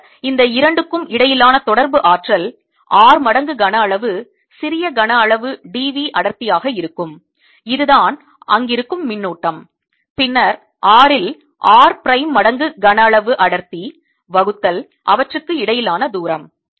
பின்னர் இந்த இரண்டுக்கும் இடையிலான தொடர்பு ஆற்றல் r மடங்கு கன அளவு சிறிய கன அளவு d v அடர்த்தியாக இருக்கும் அதுதான் அங்கிருக்கும் மின்னூட்டம் பின்னர் r இல் r பிரைம் மடங்கு கன அளவு அடர்த்தி வகுத்தல் அவற்றுக்கு இடையிலான தூரம்